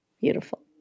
Beautiful